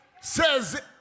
says